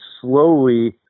slowly